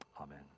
Amen